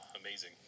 amazing